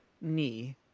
knee